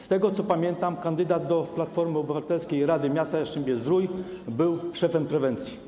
Z tego, co pamiętam, kandydat Platformy Obywatelskiej do Rady Miasta Jastrzębie-Zdrój był szefem prewencji.